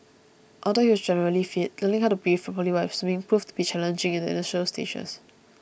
although he was generally fit learning how to breathe properly while swimming proved to be challenging in the initial stages